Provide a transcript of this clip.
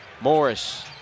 Morris